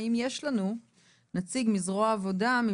האם יש לנו נציג מזרוע העבודה,